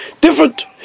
Different